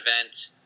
event